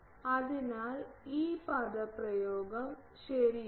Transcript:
അതിനാൽ ഈ പദപ്രയോഗം ശരിയാണ്